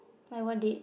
like what date